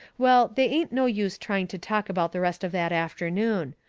well, they ain't no use trying to talk about the rest of that afternoon.